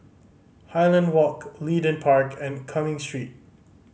Highland Walk Leedon Park and Cumming Street